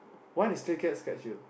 why the stray cat scratched you